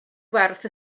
gwerth